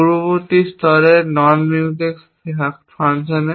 পূর্ববর্তী স্তরে non mutex fact ফ্যাশনে